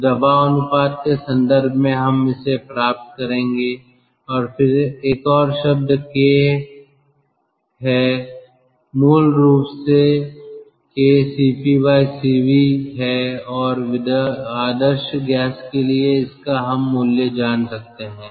तो दबाव अनुपात के संदर्भ में हम इसे प्राप्त करेंगे और फिर एक और शब्द है k k मूल रूप से CpCv है और आदर्श गैस के लिए इसका हम मूल्य जान सकते हैं